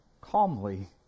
calmly